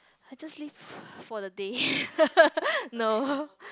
I just live~ for the day no